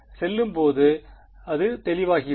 எனவே செல்லும்போது அது தெளிவாகிவிடும்